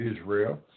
Israel